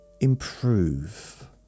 improve